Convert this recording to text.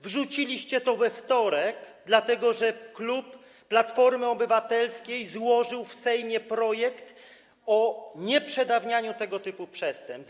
Wrzuciliście to we wtorek, dlatego że klub Platformy Obywatelskiej złożył w Sejmie projekt o nieprzedawnianiu tego typu przestępstw.